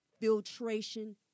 Filtration